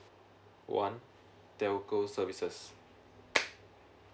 one telco services